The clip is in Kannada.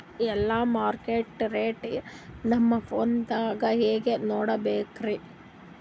ಎಲ್ಲಾ ಮಾರ್ಕಿಟ ರೇಟ್ ನಮ್ ಫೋನದಾಗ ಹೆಂಗ ನೋಡಕೋಬೇಕ್ರಿ?